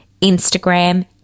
Instagram